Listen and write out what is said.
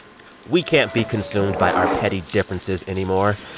we can't be consumed by our petty differences anymore.